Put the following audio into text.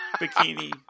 bikini